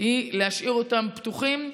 היא להשאיר אותם פתוחים,